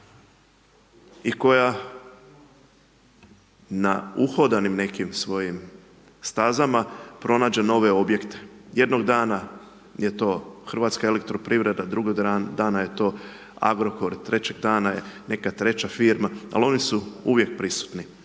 i koja na uhodanim nekim svojim stazama pronađe nove objekte, jednog dana je to HEP, drugog dana je to Agrokor, trećeg dana je neka treća firama, ali oni su uvijek prisutni.